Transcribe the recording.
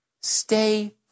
Stay